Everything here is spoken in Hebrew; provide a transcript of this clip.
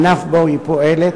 הענף שבו היא פועלת,